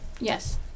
Yes